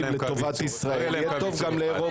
לטובת ישראל יהיה טוב גם לאירופה.